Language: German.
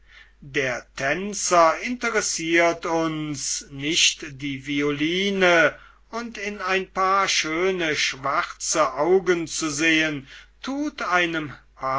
der tänzer interessiert uns nicht die violine und in ein paar schöne schwarze augen zu sehen tut einem